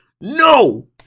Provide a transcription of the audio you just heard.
NO